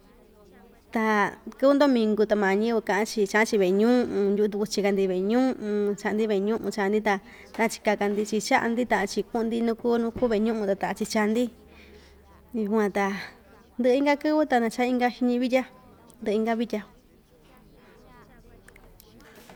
Ta kɨvɨ ndomingu ta maa ñiyɨvɨ kaꞌan‑chi chaꞌan‑chi veꞌe ñuꞌu ndyuꞌu tuku chika‑ndi veñuꞌu chaꞌa‑ndi veꞌe ñuꞌu chaꞌa‑ndi ta taꞌa‑chi kaka‑ndi chiꞌin chaꞌa‑ndi taꞌa‑chi kuꞌun‑ndi nuu kuu nuu kuu veꞌe ñuꞌu ta taꞌa‑chi chaa‑ndi yukuan ta ndɨꞌɨ inka kɨvɨ ta nachaa inka xiñi vitya ndɨꞌɨ inka vitya